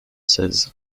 seize